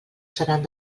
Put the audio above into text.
seran